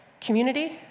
community